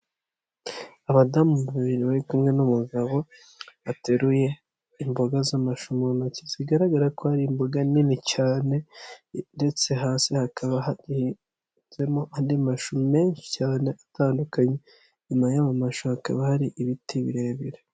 Abadamu babiri bari kumwe n'umugabo bateruye imboga z'amashu mu ntoki zigaragara ko ari imboga nini cyane ndetse hasi hakaba hahinzemo andi mashusho menshi cyane atandukanye. Inyuma y'ayo mashu hakaba hari ibiti birebire.